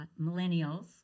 millennials